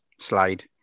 slide